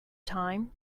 time